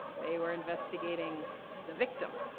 they were investigating the victim.